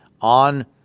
on